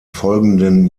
folgenden